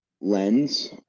lens